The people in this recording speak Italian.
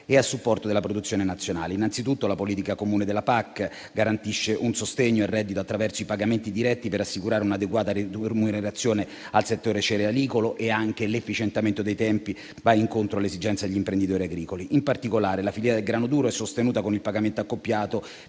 e a supporto della produzione nazionale. Innanzitutto, la politica comune della PAC garantisce un sostegno al reddito attraverso i pagamenti diretti per assicurare un'adeguata remunerazione al settore cerealicolo; anche l'efficientamento dei tempi va incontro alle esigenze degli imprenditori agricoli. In particolare, la filiera del grano duro è sostenuta con il pagamento accoppiato